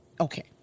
Okay